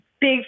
big